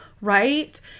right